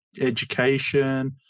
education